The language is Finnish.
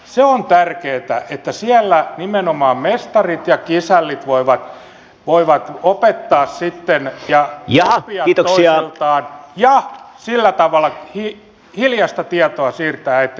se on tärkeää että siellä nimenomaan mestarit ja kisällit voivat opettaa sitten ja oppia toisiltaan ja sillä tavalla hiljaista tietoa siirtää eteenpäin